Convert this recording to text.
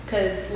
Cause